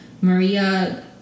Maria